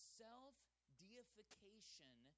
self-deification